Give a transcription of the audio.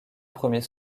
premiers